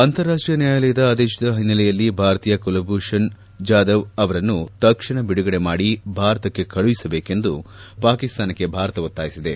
ಅಂತಾರಾಷ್ಷೀಯ ನ್ನಾಯಾಲಯದ ಆದೇಶದ ಹಿನ್ನೆಲೆಯಲ್ಲಿ ಭಾರತೀಯ ಕುಲಭೂಷಣ್ ಜಾಧವ್ ಅವರನ್ನು ತಕ್ಷಣ ಬಿಡುಗಡೆ ಮಾಡಿ ಭಾರತಕ್ಕೆ ಕಳುಹಿಸಬೇಕೆಂದು ಪಾಕಿಸ್ತಾನಕ್ಕೆ ಭಾರತ ಒತ್ತಾಯಿಸಿದೆ